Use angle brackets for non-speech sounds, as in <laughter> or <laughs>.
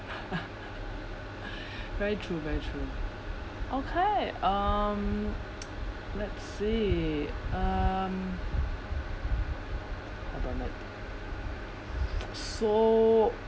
<laughs> <breath> very true very true okay um <noise> let's see um so